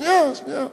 שנייה, שנייה.